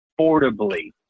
affordably